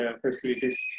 facilities